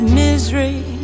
misery